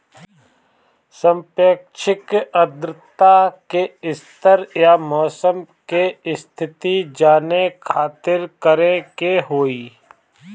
सापेक्षिक आद्रता के स्तर या मौसम के स्थिति जाने खातिर करे के होई?